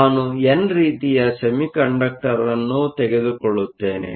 ನಾನು ಎನ್ ರೀತಿಯ ಸೆಮಿಕಂಡಕ್ಟರ್ ಅನ್ನು ತೆಗೆದುಕೊಳ್ಳುತ್ತೇನೆ